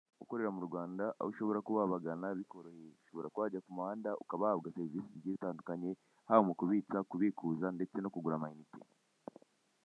Ukorera mu Rwanda aho ushobora kuba wabagana bikoroheye, ushobora kuba wajya ku muhanda ukaba wahabwa serivisi zigiye zitandukanye, haba mu kubika, kubikuza ndetse no kugura amayinite.